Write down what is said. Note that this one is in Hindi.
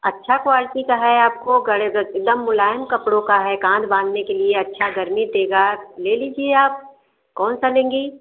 अच्छइ क्वालटी का है आपको गड़े गा एक दम मुलायम कपड़ो का है गाठ बाँधने के लिए अच्छा गर्मी देगा ले लीजिए आप कौन सा लेंगी